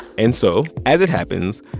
and so, as it happens,